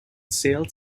sailed